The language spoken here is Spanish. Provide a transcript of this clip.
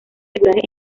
regulares